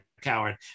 coward